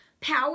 power